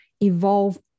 evolve